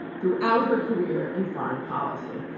throughout her career in foreign policy.